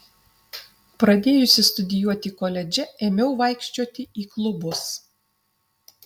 pradėjusi studijuoti koledže ėmiau vaikščioti į klubus